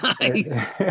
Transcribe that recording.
Nice